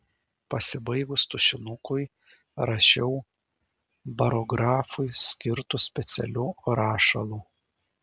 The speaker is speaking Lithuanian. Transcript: pasibaigus tušinukui rašiau barografui skirtu specialiu rašalu